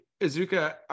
Izuka